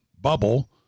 bubble